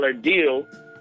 deal